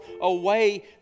away